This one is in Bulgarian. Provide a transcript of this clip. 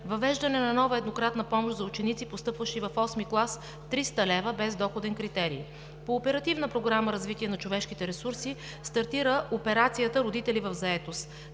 въвеждане на нова еднократна помощ за ученици, постъпващи в VIII клас – 300 лв. без доходен критерии. По Оперативна програма „Развитие на човешките ресурси“ стартира операцията „Родители в заетост“.